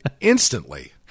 instantly